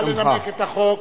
נא לנמק את החוק.